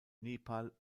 nepal